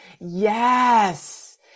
Yes